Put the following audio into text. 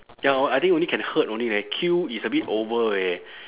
ya lor I think only can hurt only leh kill is a bit over eh